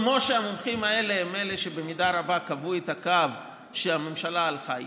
כמו שהמומחים האלה הם אלה שבמידה רבה קבעו את הקו שהממשלה הלכה איתו,